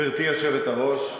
גברתי היושבת-ראש,